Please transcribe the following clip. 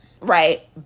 right